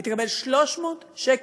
היא תקבל 300 שקל,